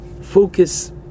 focus